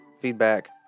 feedback